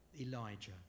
Elijah